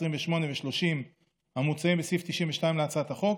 28 ו-30 המוצעים בסעיף 92 להצעת החוק,